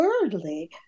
thirdly